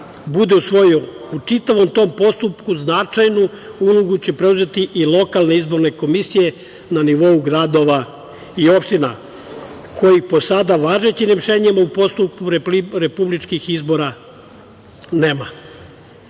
bude usvojio, u čitavom tom postupku značajnu ulogu će preuzeti i lokalne izborne komisije na nivou gradova i opština, kojih po sada važećim rešenjima u postupku republičkih izbora nema.